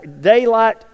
daylight